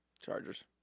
Chargers